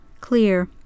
clear